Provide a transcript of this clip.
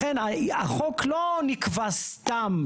לכן, החוק לא נקבע סתם.